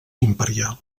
imperial